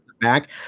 back